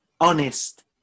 honest